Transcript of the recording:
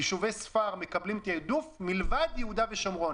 יישובי ספר מקבלים תעדוף מלבד יהודה ושומרון.